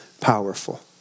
powerful